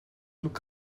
look